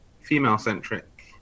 female-centric